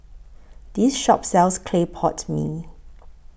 This Shop sells Clay Pot Mee